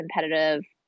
competitive